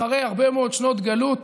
אחרי הרבה מאוד שנות גלות,